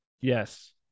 Yes